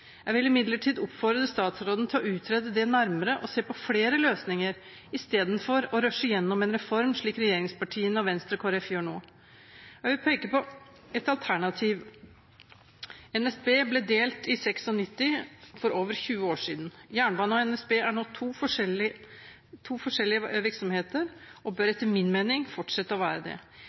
Jeg vil imidlertid oppfordre statsråden til å utrede dette nærmere og se på flere løsninger, istedenfor å rushe gjennom en reform, slik regjeringspartiene og Venstre og Kristelig Folkeparti gjør nå. Jeg vil peke på et alternativ: NSB ble delt i 1996 – for over 20 år siden. Jernbaneverket og NSB er nå to forskjellige virksomheter og bør etter min mening fortsette å være det.